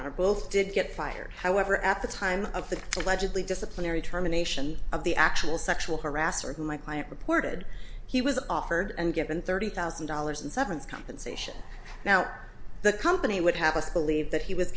are both did get fired however at the time of the allegedly disciplinary terminations of the actual sexual harasser who my client reported he was offered and given thirty thousand dollars and seven compensation now the company would have us believe that he was